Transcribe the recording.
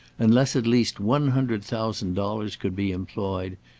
unless at least one hundred thousand dollars could be employed,